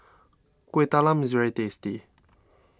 Kueh Talam is very tasty